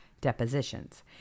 depositions